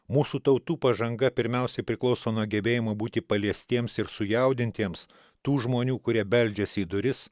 mūsų tautų pažanga pirmiausiai priklauso nuo gebėjimo būti paliestiems ir sujaudintiems tų žmonių kurie beldžiasi į duris